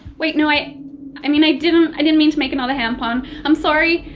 wait no, i i mean i didn't i didn't mean to make another hand pun i'm sorry!